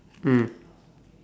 mm